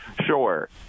sure